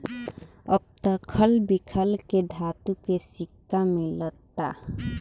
अब त खल बिखल के धातु के सिक्का मिलता